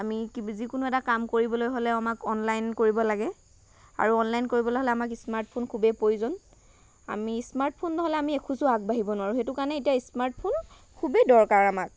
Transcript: আমি যিকোনো এটা কাম কৰিবলৈ হ'লে আমাক অনলাইন কৰিব লাগে আৰু অনলাইন কৰিব হ'লে আমাক স্মাৰ্টফোন খুবেই প্ৰয়োজন আমি স্মাৰ্টফোন নহ'লে আমি এখোজো আগবাঢ়িব নোৱাৰোঁ সেইটো কাৰণে এতিয়া স্মাৰ্টফোন খুবেই দৰকাৰ আমাক